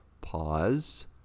pause